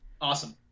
Awesome